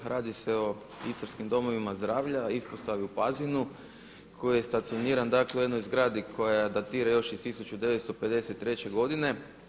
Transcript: Radi se o istarskim domovima zdravlja ispostavi u Pazinu koji je stacioniraj dakle u jednoj zgradi koja datira još iz 1953. godine.